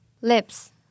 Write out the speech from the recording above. lips